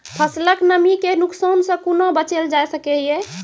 फसलक नमी के नुकसान सॅ कुना बचैल जाय सकै ये?